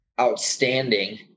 outstanding